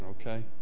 okay